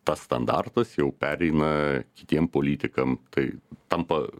tas standartas jau pereina kitiem politikam tai tampa